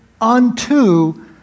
unto